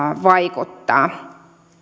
vaikuttaa